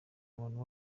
muntu